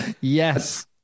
Yes